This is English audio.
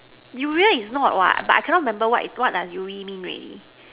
urea is not what but I cannot remember what is what does uree mean already